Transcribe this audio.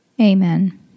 Amen